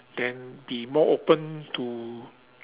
then be more open to